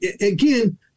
again